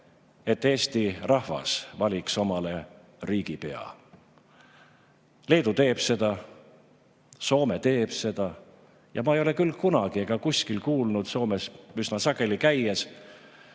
et Eesti rahvas valiks omale riigipea. Leedu teeb seda, Soome teeb seda ja ma ei ole küll kunagi ega kuskil kuulnud, Soomes üsna sageli käies,